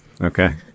Okay